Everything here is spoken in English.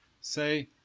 Say